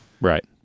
right